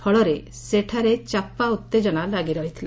ଫଳରେସ ସେଠାରେ ଚାପା ଉତ୍ତେଜନା ଲାଗି ରହିଥିଲା